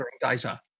data